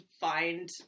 find